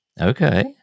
Okay